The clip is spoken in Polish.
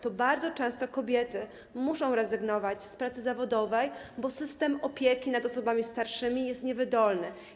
To bardzo często kobiety muszą rezygnować z pracy zawodowej, bo system opieki nad osobami starszymi jest niewydolny.